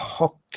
Okay